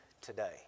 today